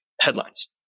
headlines